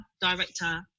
director